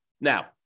Now